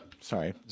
Sorry